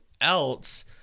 else